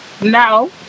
No